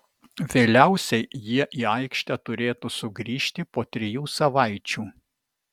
vėliausiai jie į aikštę turėtų sugrįžti po trijų savaičių